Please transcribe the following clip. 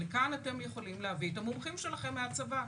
כאן אתם יכולים להביא את המומחים שלכם מהצבא,